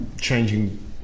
changing